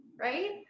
right